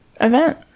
event